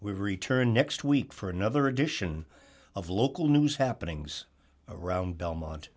we return next week for another edition of local news happenings around belmont